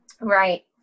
right